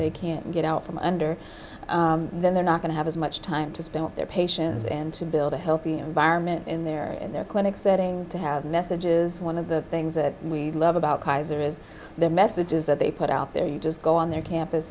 they can't get out from under then they're not going to have as much time to spend their patients and to build a healthy environment in there and their clinic setting to have messages one of the things that we love about kaiser is the messages that they put out there you just go on their campus